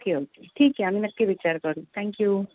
okay okay ठीक आहे आम्ही नक्की विचार करू थँक्यू